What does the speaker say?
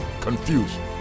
confusion